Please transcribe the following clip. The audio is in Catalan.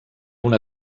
una